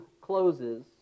closes